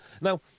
Now